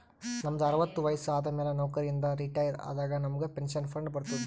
ನಮ್ದು ಅರವತ್ತು ವಯಸ್ಸು ಆದಮ್ಯಾಲ ನೌಕರಿ ಇಂದ ರಿಟೈರ್ ಆದಾಗ ನಮುಗ್ ಪೆನ್ಷನ್ ಫಂಡ್ ಬರ್ತುದ್